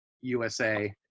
USA